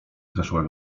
zeszłe